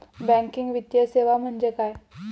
Banking वित्तीय सेवा म्हणजे काय?